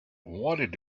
wanted